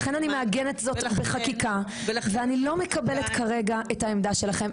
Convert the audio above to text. לכן אני מעגנת זאת בחקיקה ואני לא מקבלת כרגע את העמדה שלכם,